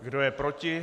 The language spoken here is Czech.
Kdo je proti?